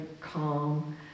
calm